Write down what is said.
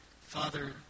Father